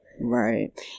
right